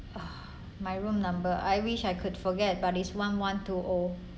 my room number I wish I could forget but this [one] one two O